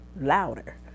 louder